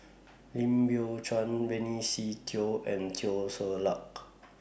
Lim Biow Chuan Benny Se Teo and Teo Ser Luck